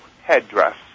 headdress